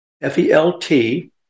F-E-L-T